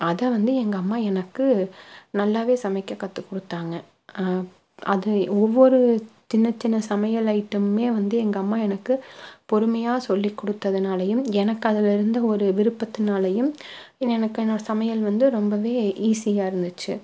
அதை வந்து எங்கள் அம்மா எனக்கு நல்லாவே சமைக்கக் கற்றுக் கொடுத்தாங்க அது ஒவ்வொரு சின்ன சின்ன சமையல் ஐட்டமுமே வந்து எங்கள் அம்மா எனக்கு பொறுமையாக சொல்லி கொடுத்ததுனாலையும் எனக்கு அதில் இருந்த ஒரு விருப்பத்துனாலேயும் எனக்கு என்னோடய சமையல் வந்து ரொம்பவே ஈஸியாக இருந்துச்சு